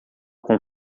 com